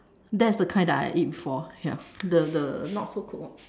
that's the kind that I eat before ya the the not so cooked one